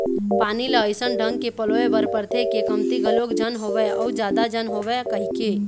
पानी ल अइसन ढंग के पलोय बर परथे के कमती घलोक झन होवय अउ जादा झन होवय कहिके